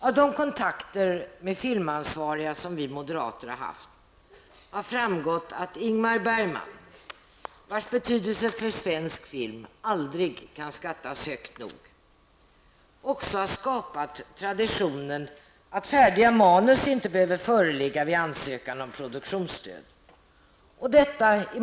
Av de kontakter med filmansvariga som vi moderater har haft har framgått att Ingmar Bergman, vars betydelse för svensk film aldrig kan skattas högt nog, också har skapat traditionen att färdiga manus inte behöver föreligga vid ansökan om produktionsstöd.